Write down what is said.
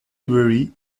library